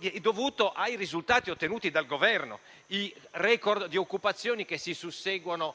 e ai risultati ottenuti dal Governo: i *record* di occupazione che si susseguono